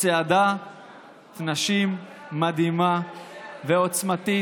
צעדת נשים מדהימה ועוצמתית,